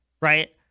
right